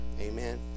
amen